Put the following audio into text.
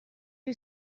you